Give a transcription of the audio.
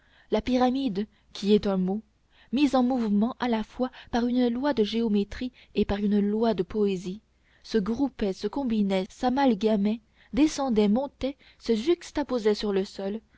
la pyramide qui est un mot mis en mouvement à la fois par une loi de géométrie et par une loi de poésie se groupaient se combinaient s'amalgamaient descendaient montaient se juxtaposaient sur le sol